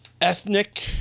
ethnic